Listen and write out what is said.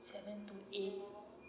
seven two eight